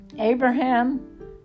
Abraham